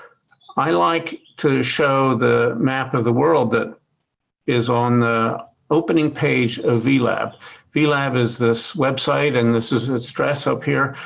i like to show the map of the world that is on the opening page of vlab. vlab is this website and this is its address up here,